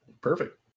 Perfect